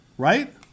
Right